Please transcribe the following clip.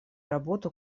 работу